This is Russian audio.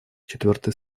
четвертой